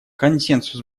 консенсус